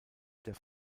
der